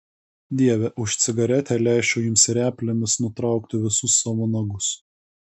dieve už cigaretę leisčiau jums replėmis nutraukti visus savo nagus